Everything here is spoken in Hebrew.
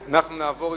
נתקבלה.